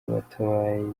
batabaye